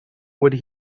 would